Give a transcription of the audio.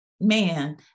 man